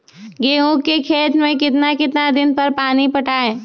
गेंहू के खेत मे कितना कितना दिन पर पानी पटाये?